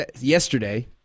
yesterday